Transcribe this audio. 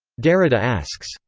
derrida asks,